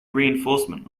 reinforcement